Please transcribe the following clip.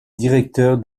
directeur